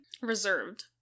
reserved